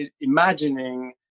imagining